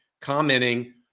commenting